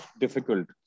difficult